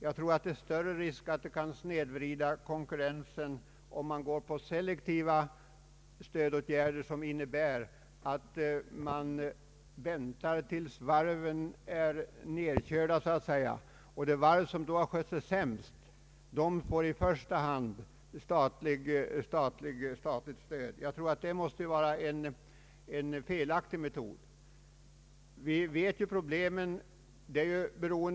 Jag tror att risken är större att man snedvrider konkurrensen, om man går på selektiva stödåtgärder, som innebär att man väntar tills varven så att säga är nedkörda och då i första hand lämnar statligt stöd åt de varv som skött sig sämst. Jag anser att det måste vara en felaktig metod. Vi känner ju orsakerna till problemen.